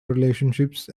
relationships